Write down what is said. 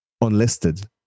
unlisted